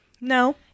No